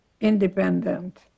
independent